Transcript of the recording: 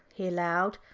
he allowed,